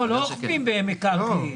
לא אוכפים במקרקעין.